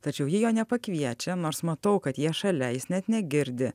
tačiau ji jo nepakviečia nors matau kad jie šalia jis net negirdi